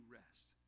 rest